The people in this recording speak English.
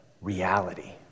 reality